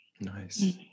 Nice